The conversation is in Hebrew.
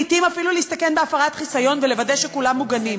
לעתים אפילו להסתכן בהפרת חיסיון ולוודא שכולם מוגנים.